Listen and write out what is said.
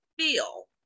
feel